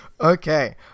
Okay